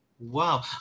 Wow